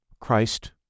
Christ